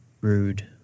rude